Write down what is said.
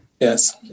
Yes